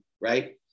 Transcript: right